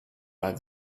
bei